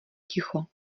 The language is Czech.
ticho